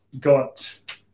got